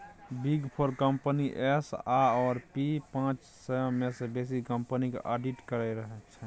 big four company S आओर P पाँच सय मे सँ बेसी कंपनीक आडिट करै छै